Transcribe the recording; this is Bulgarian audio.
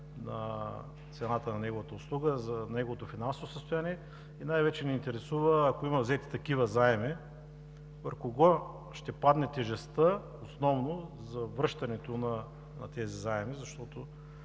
на цената на неговата услуга, на неговото финансово състояние. Най-вече ни интересува, ако има взети такива заеми, върху кого ще падне тежестта основно за връщането на тези заеми, защото